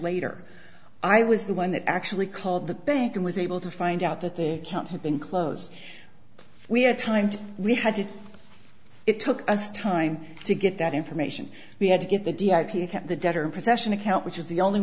later i was the one that actually called the bank and was able to find out that the account had been closed we had time to we had to it took us time to get that information we had to get the d r p the debtor in possession account which was the only